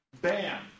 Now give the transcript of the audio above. bam